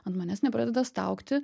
ant manęs nepradeda staugti